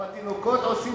אבל תינוקות עושים טרור?